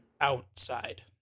outside